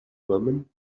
woman